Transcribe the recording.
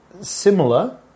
similar